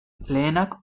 lehenak